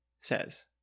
says